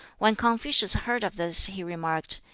when confucius heard of this he remarked,